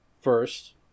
first